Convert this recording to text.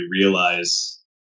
realize